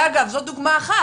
אגב, זו דוגמה אחת.